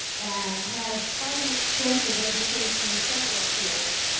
and has quite an extensive education in several fields.